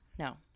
No